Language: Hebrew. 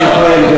ייראה.